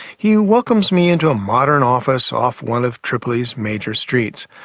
he welcomes me into a modern office off one of tripoli's major streets.